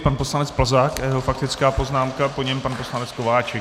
Pan poslanec Plzák a jeho faktická poznámka, po něm pan poslanec Kováčik.